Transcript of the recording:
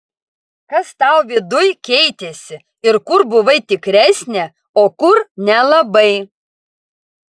kas tau viduj keitėsi ir kur buvai tikresnė o kur nelabai